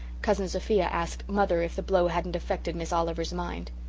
cousin sophia asked mother if the blow hadn't affected miss oliver's mind.